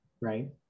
right